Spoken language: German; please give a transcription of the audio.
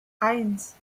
eins